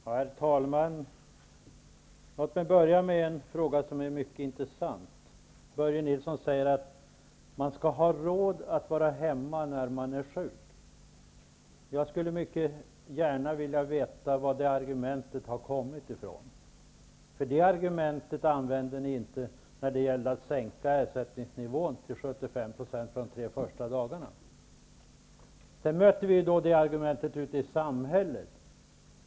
Herr talman! Låt mig börja med en fråga som är mycket intressant. Börje Nilsson säger att man skall ha råd att vara hemma när man är sjuk. Jag skulle gärna vilja veta varifrån det argumentet har kommit. Det använde ni inte när det gällde att sänka ersättningsnivån till 75 % för de tre första dagarna. Sedan mötte vi det argumentet ute i samhället.